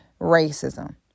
racism